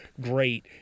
great